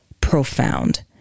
profound